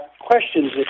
questions